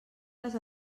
les